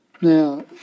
Now